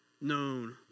known